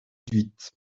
huit